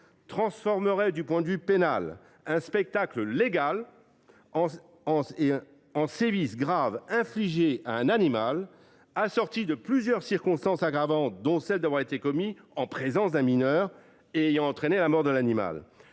transformerait, du point de vue pénal, un spectacle légal en sévices graves infligés à un animal, avec plusieurs circonstances aggravantes, dont celle d’avoir commis un acte ayant entraîné la mort de l’animal